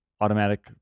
automatic